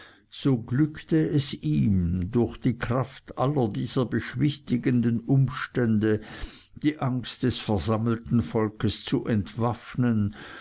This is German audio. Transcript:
so glückte es ihm durch die kraft aller dieser beschwichtigenden umstände die angst des versammelten volks zu entwaffnen